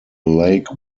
lake